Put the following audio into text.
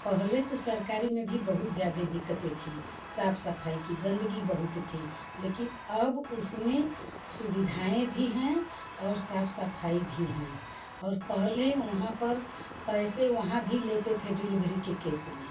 पहले तो सरकारी में भी बहुत जादे दिक्कते थी साफ़ सफ़ाई की गंदगी बहुत थी लेकिन अब उसमें सुविधाएँ भी हैं और साफ़ सफ़ाई भी है पहले वहां पर पैसे वहाँ भी लेते थे डिलबरी के केस में